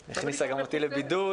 היא הכניסה גם אותי לבידוד,